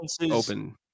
open